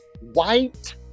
white